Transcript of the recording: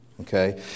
Okay